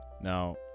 Now